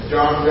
John